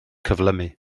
cyflymu